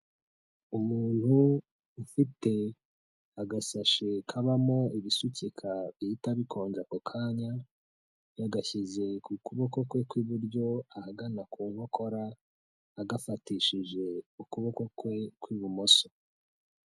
Umuntu ufite agasashe kabamo ibisukika bihita bikonja ako kanya, yagashyize ku kuboko kwe kw'iburyo ahagana ku nkokora , agafatishije ukuboko kwe kw'ibumoso.